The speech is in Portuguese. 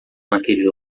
naquele